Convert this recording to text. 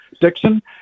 Dixon